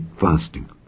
fasting